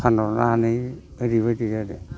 फानहरनो हानो ओरैबायदि आरो